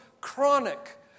chronic